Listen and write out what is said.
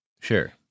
Sure